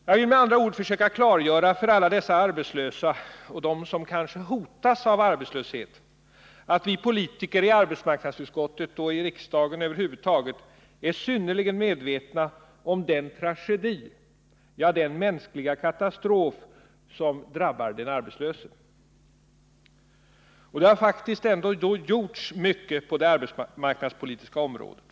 Jag vill med andra ord försöka klargöra för alla dessa arbetslösa och dem som kanske hotas av arbetslöshet att vi politiker i arbetsmarknadsutskottet och i riksdagen över huvud taget är synnerligen medvetna om den tragedi, ja den mänskliga katastrof som drabbar den arbetslöse. Det har faktiskt ändå gjorts mycket på det arbetsmarknadspolitiska området.